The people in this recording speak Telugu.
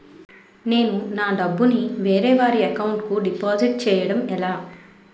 నేను నా డబ్బు ని వేరే వారి అకౌంట్ కు డిపాజిట్చే యడం ఎలా?